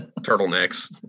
Turtlenecks